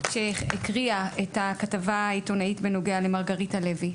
שהקריאה את הכתבה העיתונאית בנוגע למרגריטה לוי.